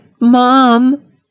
Mom